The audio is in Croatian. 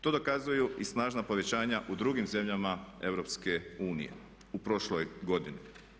To dokazuju i snažna povećanja u drugim zemljama EU u prošloj godini.